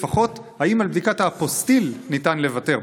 לפחות האם על בדיקת האפוסטיל ניתן לוותר?